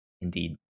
Indeed